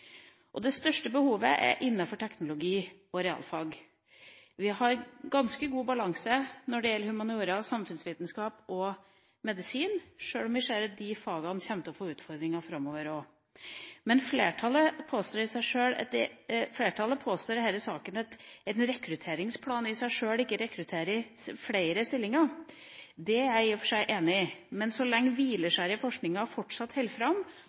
Det største behovet er innenfor teknologi og realfag. Vi har en ganske god balanse når det gjelder humaniora, samfunnsvitenskap og medisin, sjøl om vi ser at de fagene vil få utfordringer framover også. Men flertallet påstår i denne saka at en rekrutteringsplan i seg sjøl ikke rekrutterer flere stillinger. Det er jeg i og for seg enig i, men så lenge hvileskjæret i forskninga fortsatt holder fram